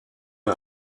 est